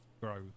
grow